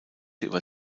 über